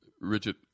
Richard